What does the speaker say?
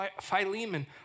Philemon